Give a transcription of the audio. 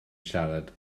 siarad